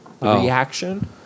reaction